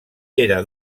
era